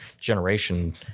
generation